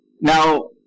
Now